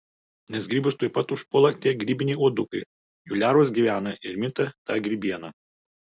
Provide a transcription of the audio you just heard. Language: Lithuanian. nes grybus tuoj pat užpuola tie grybiniai uodukai jų lervos gyvena ir minta ta grybiena